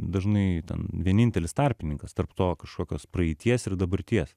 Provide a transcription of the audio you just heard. dažnai ten vienintelis tarpininkas tarp to kažkokios praeities ir dabarties